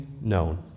known